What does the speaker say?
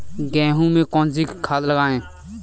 गेहूँ में कौनसी खाद लगाएँ?